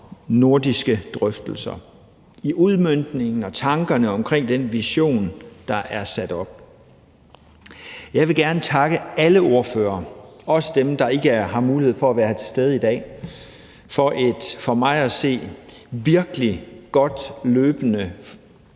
nordiske drøftelser i udmøntningen og tankerne omkring den vision, der er sat op. Jeg vil gerne takke alle ordførere, også dem, der ikke har mulighed for at være til stede i dag, for en for mig at se virkelig god løbende